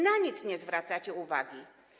Na nic nie zwracacie uwagi.